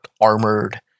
armored